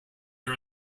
her